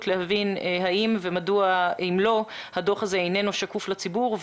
כדי להבין מדוע הדוח הזה איננו שקוף לציבור.